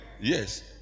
Yes